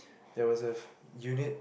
that was a unit